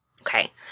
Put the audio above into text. Okay